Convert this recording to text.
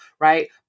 right